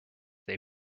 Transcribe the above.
they